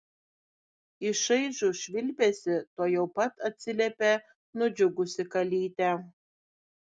į šaižų švilpesį tuojau pat atsiliepė nudžiugusi kalytė